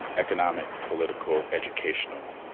economic, political, educational,